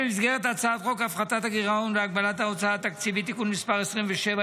במסגרת הצעת חוק הפחתת הגירעון והגבלת ההוצאה התקציבית (תיקון מס' 27),